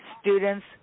students